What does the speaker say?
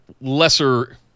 lesser